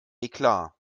eklat